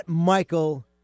Michael